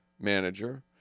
manager